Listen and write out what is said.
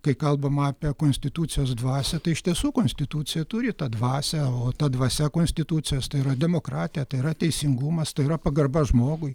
kai kalbama apie konstitucijos dvasią tai iš tiesų konstitucija turi tą dvasią o ta dvasia konstitucijos tai yra demokratija tai yra teisingumas tai yra pagarba žmogui